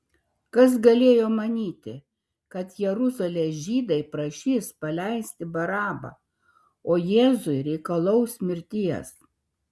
kas galėjo manyti kad jeruzalės žydai prašys paleisti barabą o jėzui reikalaus mirties